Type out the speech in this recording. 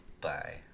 bye